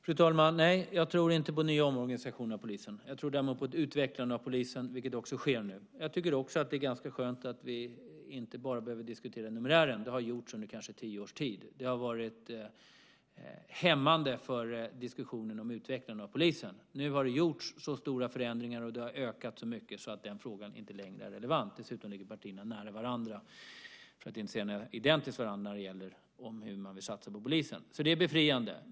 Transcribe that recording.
Fru talman! Nej, jag tror inte på en ny omorganisation av polisen. Jag tror däremot på ett utvecklande av polisen, vilket också sker nu. Jag tycker också att det är ganska skönt att vi inte bara behöver diskutera numerären. Det har gjorts under kanske tio års tid. Det har varit hämmande för diskussionen om utvecklingen av polisen. Nu har det gjorts så stora förändringar och polisen har utökats så mycket att den frågan inte längre är relevant. Dessutom ligger partierna nära varandra, för att inte säga är identiska med varandra när det gäller hur man vill satsa på polisen. Det är befriande.